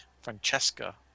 Francesca